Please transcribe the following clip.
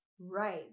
Right